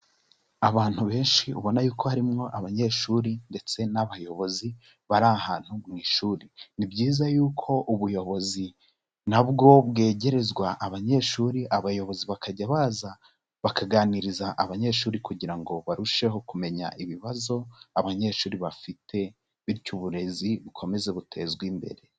Abantu benshi ubona y'uko harimo abanyeshuri ndetse n'abayobozi bari ahantu mu ishuri, ni byiza y'uko ubuyobozi na bwo bwegerezwa abanyeshuri, abayobozi bakajya baza bakaganiriza abanyeshuri kugira ngo barusheho kumenya ibibazo abanyeshuri bafite, bityo uburezi bukomeze butezwe imbere.